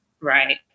Right